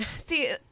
see